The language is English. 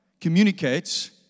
communicates